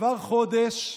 עבר חודש,